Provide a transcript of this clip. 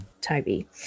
Toby